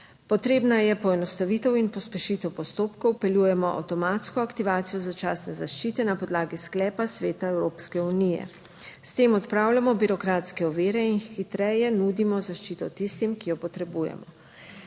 Potrebna je poenostavitev in pospešitev postopkov. Vpeljujemo avtomatsko aktivacijo začasne zaščite na podlagi sklepa Sveta Evropske unije. S tem odpravljamo birokratske ovire in hitreje nudimo zaščito tistim, ki jo potrebujemo.